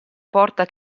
porta